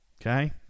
okay